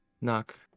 knock